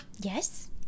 Yes